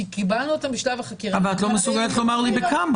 כי קיבלנו אותם בשלב החקירה --- אבל את לא מסוגלת לומר לי בכמה.